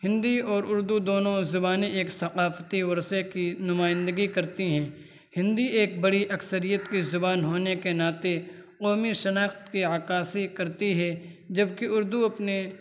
ہندی اور اردو دونوں زبانیں ایک ثقافتی ورثے کی نمائندگی کرتی ہیں ہندی ایک بڑی اکثریت کی زبان ہونے کے ناطے قومی شناخت کی عکاسی کرتی ہے جبکہ اردو اپنے